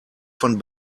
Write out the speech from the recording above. von